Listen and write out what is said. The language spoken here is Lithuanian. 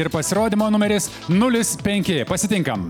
ir pasirodymo numeris nulis penki pasitinkam